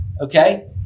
okay